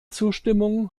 zustimmung